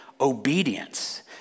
obedience